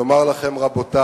אני מבקש לומר לכם, רבותי,